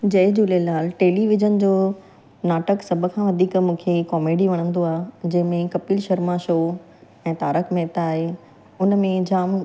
जय Jhulelal television जो नाटक सभ खां वधीक मूंखे कॉमेडी वणंदो आहे जंहिंमें कपिल शर्मा शो ऐं तारक मेहता आहे हुनमें जाम